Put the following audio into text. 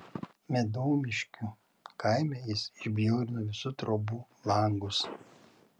medomiškių kaime jis išbjaurino visų trobų langus